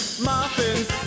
Muffins